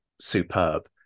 superb